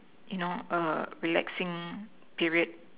you know a relaxing period